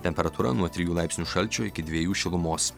temperatūra nuo trijų laipsnių šalčio iki dviejų šilumos